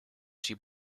she